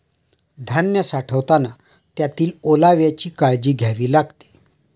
धान्य साठवताना त्यातील ओलाव्याची काळजी घ्यावी लागते